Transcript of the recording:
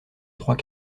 trois